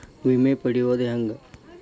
ವಿಮೆ ಪಡಿಯೋದ ಹೆಂಗ್?